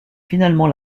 finalement